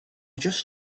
just